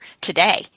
today